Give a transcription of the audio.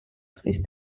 ტყის